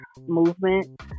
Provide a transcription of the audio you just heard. movement